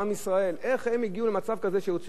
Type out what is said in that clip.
איך הם הגיעו למצב כזה שהוציאו דיבתנו רעה?